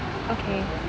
okay